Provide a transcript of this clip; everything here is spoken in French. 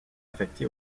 affecté